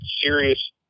serious